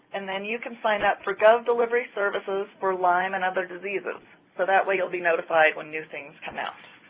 and then you can sign up for govdelivery services for lyme and other diseases. so that way you'll be notified when new things come out.